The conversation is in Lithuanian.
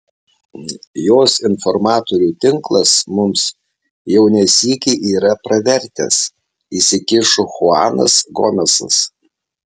jos informatorių tinklas mums jau ne sykį yra pravertęs įsikišo chuanas gomesas